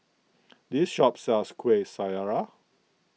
this shop sells Kuih Syara